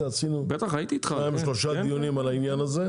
עשינו שניים שלושה דיונים על העניין הזה.